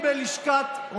חבר הכנסת אריה דרעי,